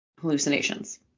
hallucinations